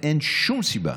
אין שום סיבה